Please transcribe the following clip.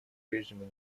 прежнему